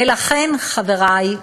ולכן, חברי,